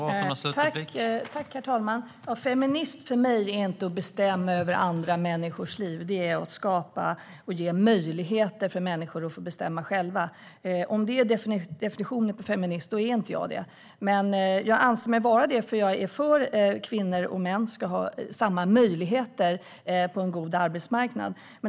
Herr talman! Att vara feminist är inte för mig att bestämma över andra människors liv, utan det är att skapa och ge möjligheter för människor att bestämma själva. Om definitionen av att vara feminist är att bestämma över andra är inte jag det. Men jag anser mig vara det, för jag är för att kvinnor och män ska ha samma möjligheter på en god arbetsmarknad.